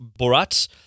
Borat